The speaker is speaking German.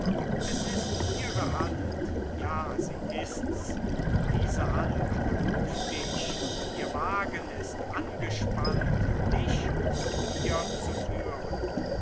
es ist ihre hand ja sie ist's diese hand beruft dich ihr wagen ist angespannt dich zu ihr zu führen